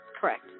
Correct